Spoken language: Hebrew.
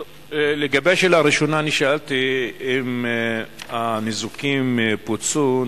טוב, לגבי השאלה הראשונה שאלתי אם הניזוקים פוצו.